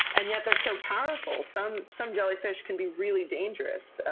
and yet they're so powerful! some some jellyfish can be really dangerous,